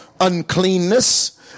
uncleanness